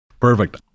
Perfect